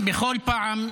בכל פעם,